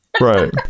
right